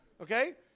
Okay